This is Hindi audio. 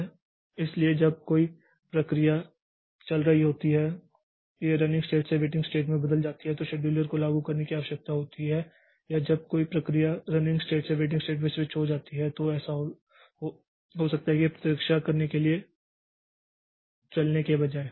इसलिए जब कोई प्रक्रिया चल रही होती है और यह रनिंग स्टेट से वेटिंग स्टेट में बदल जाती है तो शेड्यूलर को लागू करने की आवश्यकता होती है या जब कोई प्रक्रिया रनिंग स्टेट से वेटिंग स्टेट में स्विच हो जाती है तो ऐसा हो सकता है कि प्रतीक्षा करने के लिए चलने के बजाय